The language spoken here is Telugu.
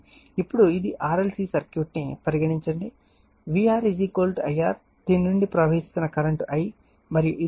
ఇప్పుడు ఇది సిరీస్ RLC సర్క్యూట్ ని పరిగణించండి VR I R దీని నుండి ప్రవహిస్తున్న కరెంట్ I మరియు ఇది L